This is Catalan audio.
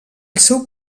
seu